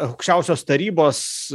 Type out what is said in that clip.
aukščiausios tarybos